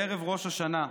בערב ראש השנה.